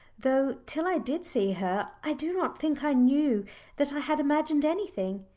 though till i did see her i do not think i knew that i had imagined anything!